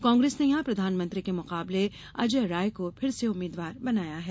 कांग्रेस ने यहां प्रधानमंत्री के मुकाबले अजय राय को फिर से उम्मीद्वार बनाया है